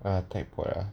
ah type pot